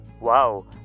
Wow